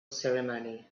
ceremony